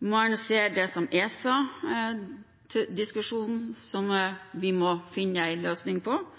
Man ser det i ESA-diskusjonen som vi må finne en løsning på,